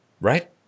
Right